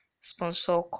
sponsor